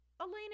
Elena